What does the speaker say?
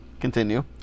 continue